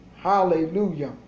hallelujah